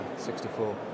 64